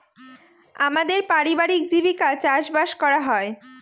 আমাদের পারিবারিক জীবিকা চাষবাস করা হয়